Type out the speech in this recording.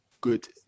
good